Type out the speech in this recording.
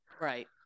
Right